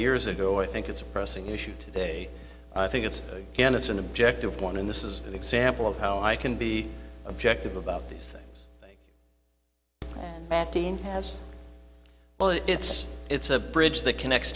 years ago i think it's a pressing issue today i think it's again it's an objective one in this is an example of how i can be objective about these things team has it's it's a bridge that